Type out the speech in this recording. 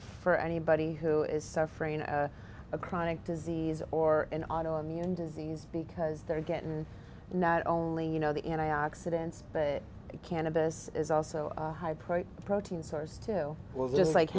for anybody who is suffering a chronic disease or an autoimmune disease because they're getting not only you know the and i accidents but cannabis is also a high protein protein source to with just like